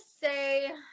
say